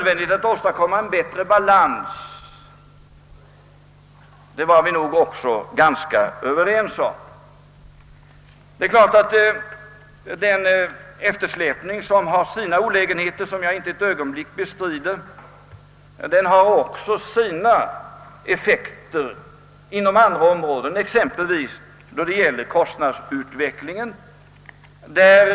Vi var då ganska överens om nödvändigheten att åstadkomma en bättre balans. Det är klart att eftersläpningen nu har sina olägenheter, vilka jag inte ett ögonblick bestrider, men den har också positiva effekter inom andra områden, exempelvis då det gäller kostnadsutvecklingen.